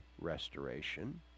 restoration